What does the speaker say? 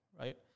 right